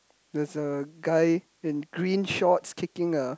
there's a guy in green shorts kicking a